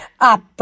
up